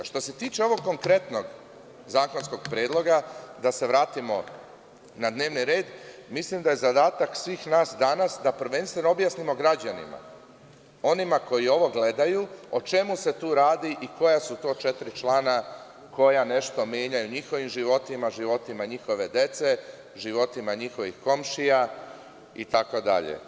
Što se tiče ovog konkretnog zakonskog predloga, da se vratimo na dnevni red, mislim da je zadatak svih nas danas da prvenstveno objasnimo građanima, onima koji ovo gledaju, o čemu se tu radi i koja su to četiri člana koja nešto menjaju u njihovim životima, u životima njihove dece, životima njihovih komšija, itd.